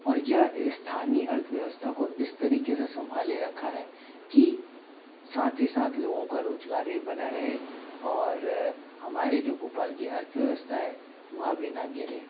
और यह स्थानीय अर्थव्यवस्था को इस तरीके से संभाले रखा है कि साथ ही साथ लोगों का रोजगार भी बना रहे और हमारे जो भोपाल की अर्थव्यवस्था है वह भी ना गिरे